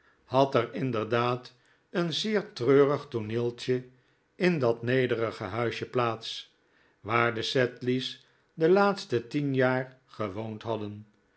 had er inderdaad een zeer treurig tooneeltje in dat nederige huisje plaats waar de sedley's de laatste tien jaar gewoond hadden